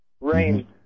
rain